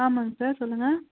ஆமாங்க சார் சொல்லுங்க